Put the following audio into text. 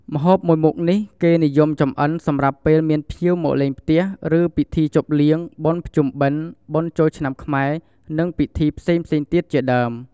ម្ហូបមួយមុខនេះគេនិយមចំអិនសម្រាប់ពេលមានភ្ញៀវមកលេងផ្ទះ ឬពិធីជប់លៀង បុណ្យភ្ជុំបិណ្ឌ បុណ្យចូលឆ្នាំខ្មែរ និងពិធីផ្សេងៗទៀតជាដើម។